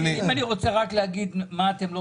אם אני רוצה רק להגיד בשבע הדקות שנותרו במה אתם לא